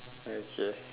okay